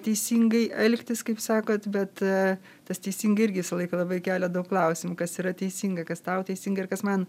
teisingai elgtis kaip sakot bet tas teisingai irgi visą laiką labai kelia daug klausimų kas yra teisinga kas tau teisinga ir kas man